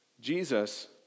Jesus